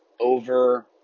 over